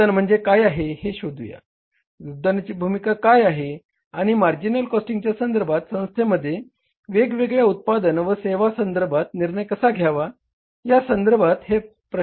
योगदान म्हणजे काय हे शोधूया योगदानाची भूमिका काय आहे आणि मार्जिनल कॉस्टिंगच्या संधर्भात संस्थेमध्ये वेगवेगळ्या उत्पादन व सेवांसंदर्भात निर्णय कसा घ्यावा या संधर्भात हे प्रश्न आहेत